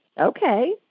Okay